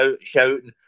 shouting